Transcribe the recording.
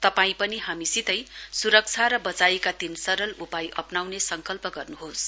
तपाई पनि हामीसितै सुरक्षा र वचाइका तीन सरल उपाय अप्नाउने संकल्प गर्नुहोस